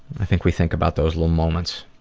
i think we think about those little moments.